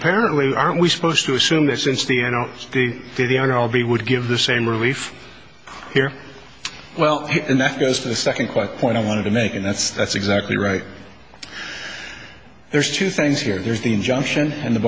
apparently aren't we supposed to assume that since the n o p diddy on all b would give the same relief here well enough goes to the second quite point i wanted to make and that's that's exactly right there's two things here there's the injunction and the